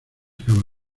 acaba